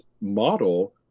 model